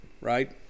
right